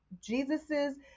Jesus's